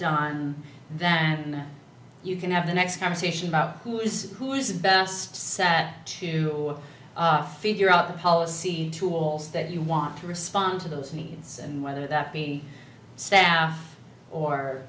done then you can have the next conversation about who is who is the best sat to figure out the policy tools that you want to respond to those needs and whether that be staff or